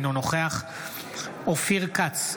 אינו נוכח אופיר כץ,